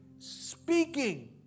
speaking